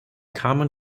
common